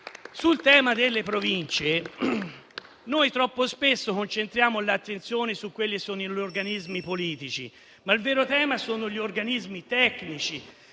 Sul tema delle Province, troppo spesso concentriamo l'attenzione sugli organismi politici, ma il vero tema sono gli organismi tecnici